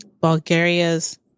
Bulgaria's